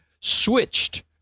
switched